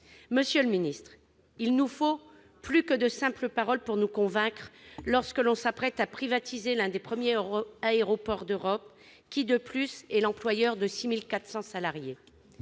Monsieur le ministre, il nous faut plus que de simples paroles pour nous convaincre lorsque l'on s'apprête à privatiser l'un des premiers aéroports d'Europe qui, de plus, est l'employeur de 6 400 salariés.